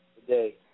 today